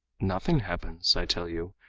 nothing happens, i tell you,